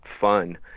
fun